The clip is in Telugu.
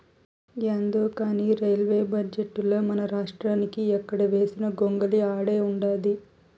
యాందో కానీ రైల్వే బడ్జెటుల మనరాష్ట్రానికి ఎక్కడ వేసిన గొంగలి ఆడే ఉండాది